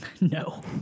No